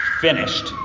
finished